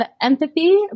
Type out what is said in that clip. empathy